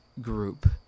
group